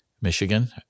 Michigan